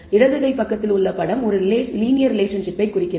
இடது கை பக்கத்தில் உள்ள படம் ஒரு லீனியர் ரிலேஷன்ஷிப்பை குறிக்கிறது